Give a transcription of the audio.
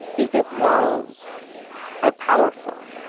is that walls are powerful.